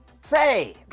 say